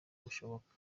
bushoboka